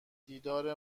دیدار